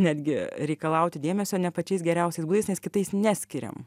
netgi reikalauti dėmesio ne pačiais geriausiais būdais nes kitais neskiriam